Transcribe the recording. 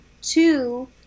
Two